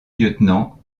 lieutenant